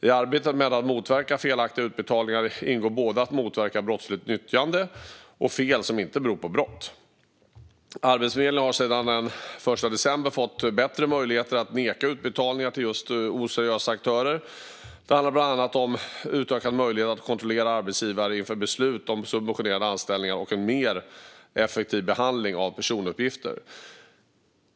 I arbetet med att motverka felaktiga utbetalningar ingår både att motverka brottsligt nyttjande och fel som inte beror på brott. Arbetsförmedlingen har sedan den 1 december 2022 fått bättre möjligheter att neka utbetalningar till oseriösa aktörer. Det handlar bland annat om utökad möjlighet att kontrollera arbetsgivare inför beslut om subventionerade anställningar och en mer effektiv behandling av personuppgifter.